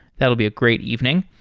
that will be a great evening.